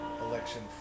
Election